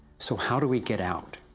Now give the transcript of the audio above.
so how do we get out?